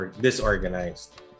disorganized